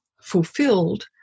fulfilled